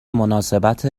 مناسبت